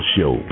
Show